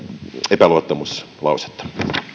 epäluottamuslausetta